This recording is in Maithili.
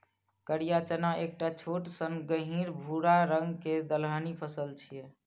करिया चना एकटा छोट सन गहींर भूरा रंग के दलहनी फसल छियै